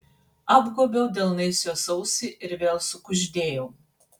apgobiau delnais jos ausį ir vėl sukuždėjau